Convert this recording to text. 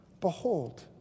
Behold